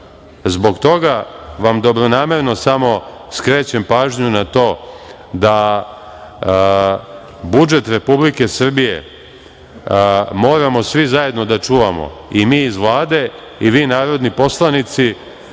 kaže. Zbog toga vam dobronamerno samo skrećem pažnju na to da budžet Republike Srbije moramo svi zajedno da čuvamo, i mi iz Vlade i vi narodni poslanici,